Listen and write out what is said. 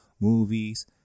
movies